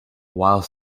while